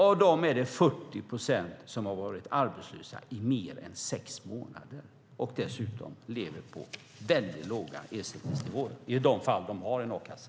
Av dem har 40 procent varit arbetslösa i mer än sex månader och lever dessutom på låga ersättningsnivåer - i de fall de uppbär a-kassa.